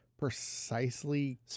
precisely